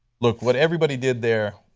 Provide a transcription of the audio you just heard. look, what everybody did there